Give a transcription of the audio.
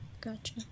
Gotcha